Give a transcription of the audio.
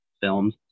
films